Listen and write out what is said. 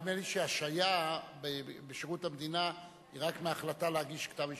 נדמה לי שהשעיה בשירות המדינה היא רק מהחלטה להגיש כתב אישום.